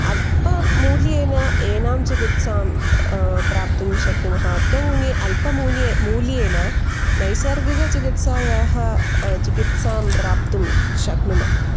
अल्पमूल्येन एनां चिकित्सां प्राप्तुं शक्नुमः अल्पमूल्ये अल्पमूल्ये मूल्येन नैसर्गिकचिकित्सायाः चिकित्सां प्राप्तुं शक्नुमः